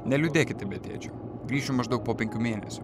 neliūdėkite be tėčio grįšiu maždaug po penkių mėnesių